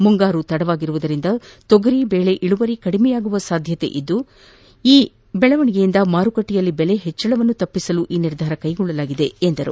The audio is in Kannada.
ಮುಂಗಾರು ತಡವಾದ್ದರಿಂದ ತೊಗರಿಬೇಳೆ ಇಳುವರಿ ಕಡಿಮೆಯಾಗುವ ಸಂಭವನೀಯತೆ ಹಾಗೂ ಈ ಬೆಳವಣಿಗೆಯಿಂದ ಮಾರುಕಟ್ಟೆಯಲ್ಲಿ ಬೆಲೆ ಹೆಚ್ಚಳ ತಡೆಯಲು ಈ ನಿರ್ಧಾರ ಕೈಗೊಳ್ಳಲಾಗಿದೆ ಎಂದರು